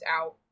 out